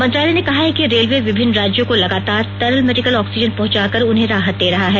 मंत्रालय ने कहा है कि रेलवे विभिन्न राज्यों को लगातार तरल मेडिकल ऑक्सीजन पहुंचा कर उन्हें राहत दे रहा है